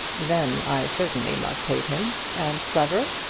then i certainly must hate him. and clever?